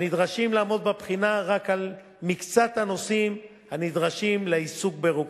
הנדרשים לעמוד בבחינה רק על מקצת הנושאים הנדרשים לעיסוק ברוקחות.